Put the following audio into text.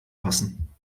passen